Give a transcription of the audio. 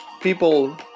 people